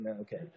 okay